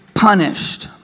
punished